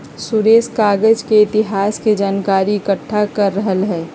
सुरेश कागज के इतिहास के जनकारी एकट्ठा कर रहलई ह